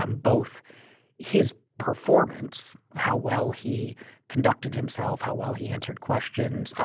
um both his performance, how well he conducted himself, how well he answered questions,